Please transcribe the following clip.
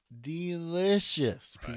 delicious